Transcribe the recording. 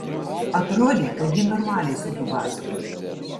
atrodė kad jį normaliai sudubasino